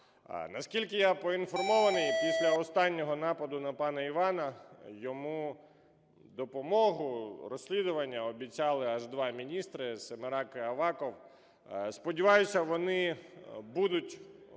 Наскільки я поінформований, після останнього нападу на пана Івана, йому допомогу розслідування обіцяли аж два міністри: Семерак і Аваков. Сподіваюся, вони будуть у